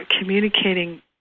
communicating